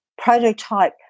prototype